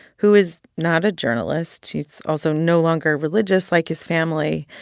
who is not a journalist. he's also no longer religious like his family.